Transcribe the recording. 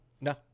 No